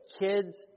kids